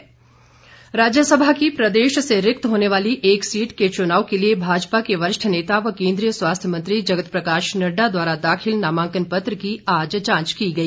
राज्यसमा राज्यसभा की प्रदेश से रिक्त होने वाली एक सीट के चुनाव के लिए भाजपा के वरिष्ठ नेता व केन्द्रीय स्वास्थ्य मंत्री जगत प्रकाश नड्डा द्वारा दाखिल नामांकन पत्र की आज जांच की गई